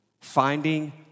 finding